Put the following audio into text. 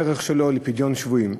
הערך שלו של פדיון שבויים.